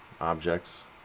objects